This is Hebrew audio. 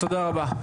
תודה רבה.